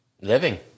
Living